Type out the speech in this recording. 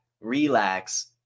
relax